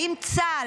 האם צה"ל,